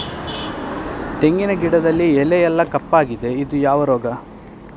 ತೆಂಗಿನ ಗಿಡದಲ್ಲಿ ಎಲೆ ಎಲ್ಲಾ ಕಪ್ಪಾಗಿದೆ ಇದು ಯಾವ ರೋಗ?